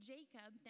Jacob